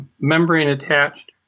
membrane-attached